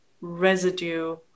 residue